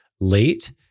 late